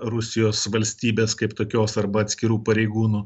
rusijos valstybės kaip tokios arba atskirų pareigūnų